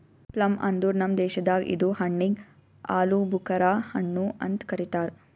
plum ಅಂದುರ್ ನಮ್ ದೇಶದಾಗ್ ಇದು ಹಣ್ಣಿಗ್ ಆಲೂಬುಕರಾ ಹಣ್ಣು ಅಂತ್ ಕರಿತಾರ್